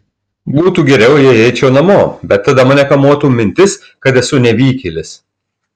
būtų geriau jei eičiau namo bet tada mane kamuotų mintis kad esu nevykėlis